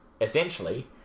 essentially